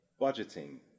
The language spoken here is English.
budgeting